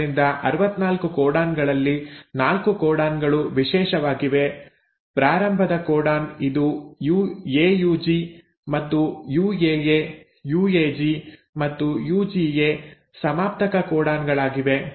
ಆದ್ದರಿಂದ 64 ಕೋಡಾನ್ ಗಳಲ್ಲಿ 4 ಕೋಡಾನ್ ಗಳು ವಿಶೇಷವಾಗಿವೆ ಪ್ರಾರಂಭದ ಕೋಡಾನ್ ಇದು ಎಯುಜಿ ಮತ್ತು ಯುಎಎ ಯುಎಜಿ ಮತ್ತು ಯುಜಿಎ ಸಮಾಪ್ತಕ ಕೋಡಾನ್ ಗಳಾಗಿವೆ